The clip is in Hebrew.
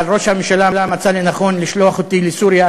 אבל ראש הממשלה מצא לנכון לשלוח אותי לסוריה,